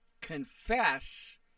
confess